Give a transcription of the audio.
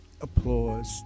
applause